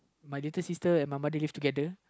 my little sister and my mother live together